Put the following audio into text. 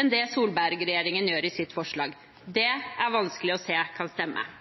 enn det Solberg-regjeringen gjorde i sitt forslag. Det er vanskelig å se at det kan stemme.